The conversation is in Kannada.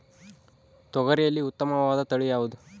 ತೊಗರಿಯಲ್ಲಿ ಉತ್ತಮವಾದ ತಳಿ ಯಾವುದು?